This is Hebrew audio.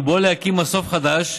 ובו להקים מסוף חדש,